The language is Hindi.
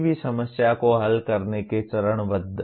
किसी भी समस्या को हल करने के चरणबद्ध